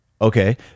Okay